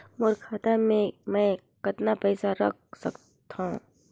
मोर खाता मे मै कतना पइसा रख सख्तो?